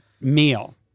meal